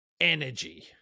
Energy